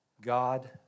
God